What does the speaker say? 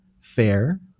fair